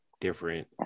different